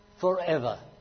forever